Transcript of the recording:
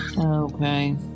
Okay